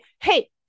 Hey